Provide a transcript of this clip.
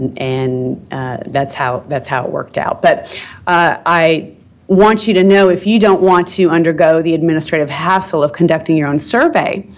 and and that's how that's how it worked out. but i want you to know, if you don't want to undergo the administrative hassle of conducting your own survey,